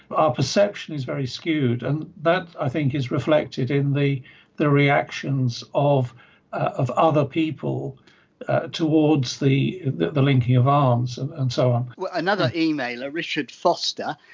our perception is very skewed and that, i think, is reflected in the the reactions of of other people towards the the linking of arms and so on well, another emailer, richard foster,